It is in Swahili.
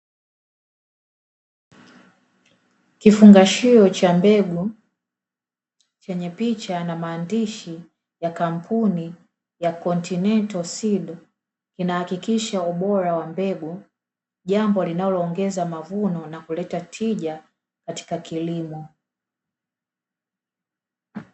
Kifungashio cha mbegu chenye picha na maandishi ya kampuni ya "Continental Seed". Kinahakikisha ubora wa mbegu, jambo linaloongeza mavuno na kuleta tija katika kilimo.